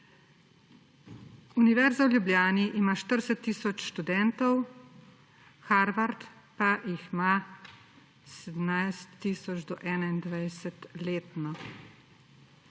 Univerza v Ljubljani ima 40 tisoč študentov, Harvard pa jih ima 17 tisoč do 21 tisoč